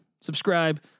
subscribe